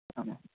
आमां